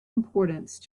importance